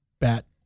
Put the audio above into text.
bat